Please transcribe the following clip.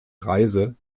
reise